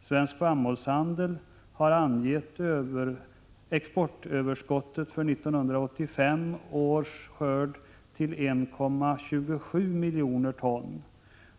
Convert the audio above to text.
Svensk Spannmålshandel har angett exportöverskottet för 1985 års skörd till 1,27 miljoner ton,